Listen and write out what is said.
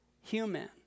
human